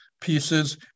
pieces